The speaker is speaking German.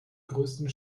größten